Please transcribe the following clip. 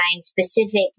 specific